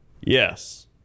Yes